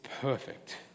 perfect